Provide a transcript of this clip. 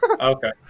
Okay